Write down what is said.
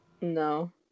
No